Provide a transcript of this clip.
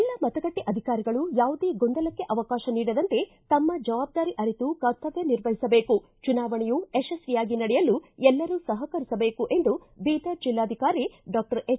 ಎಲ್ಲ ಮತಗಟ್ಟೆ ಅಧಿಕಾರಿಗಳು ಯಾವುದೇ ಗೊಂದಲಕ್ಕೆ ಅವಕಾಶ ನೀಡದಂತೆ ತಮ್ಮ ಜವಾಬ್ದಾರಿ ಅರಿತು ಕರ್ತಮ್ಯ ನಿರ್ವಹಿಸಬೇಕು ಚುನಾವಣೆಯು ಯಶಸ್ವಿಯಾಗಿ ನಡೆಯಲು ಎಲ್ಲರೂ ಸಹಕರಿಸಬೇಕು ಎಂದು ಬೀದರ್ ಜಿಲ್ಲಾಧಿಕಾರಿ ಡಾಕ್ಟರ್ ಎಚ್